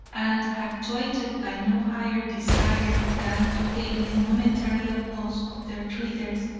and actuated by no higher desire than to gain the momentary applause of their readers,